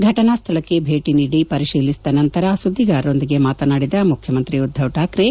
ಫಟನಾ ಸ್ವಳಕ್ಕೆ ಭೇಟಿ ನೀಡಿ ಪರಿಶೀಲಿಸಿದ ನಂತರ ಸುದ್ದಿಗಾರರೊಂದಿಗೆ ಮಾತನಾಡಿದ ಮುಖ್ಯಮಂತ್ರಿ ಉದ್ಧವ್ ಠಾಕ್ರೆ